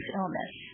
illness